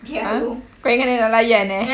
!huh! kau ingat dia nak layan eh